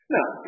Now